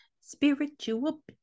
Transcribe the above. spiritual